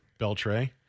Beltray